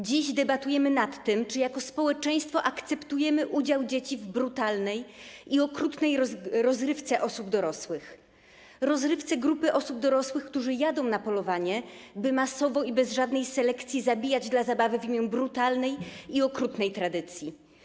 Dziś debatujemy nad tym, czy jako społeczeństwo akceptujemy udział dzieci w brutalnej i okrutnej rozrywce osób dorosłych, rozrywce grupy osób dorosłych, którzy jadą na polowanie, by masowo i bez żadnej selekcji zabijać dla zabawy w imię brutalnej i okrutnej tradycji.